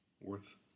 worth